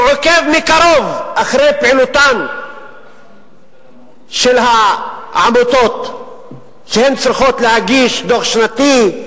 שעוקב מקרוב אחרי פעילותן של העמותות שצריכות להגיש דוח שנתי,